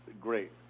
great